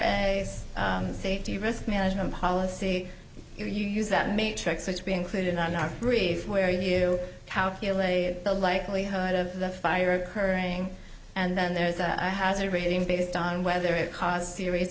r safety risk management policy you use that matrix which be included on a reef where you calculate the likelihood of the fire occurring and then there's that i hazard rating based on whether it caused serious